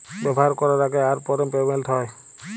ব্যাভার ক্যরার আগে আর পরে পেমেল্ট হ্যয়